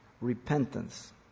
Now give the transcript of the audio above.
repentance